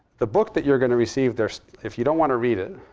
the book that you're going to receive, there's if you don't want to read it,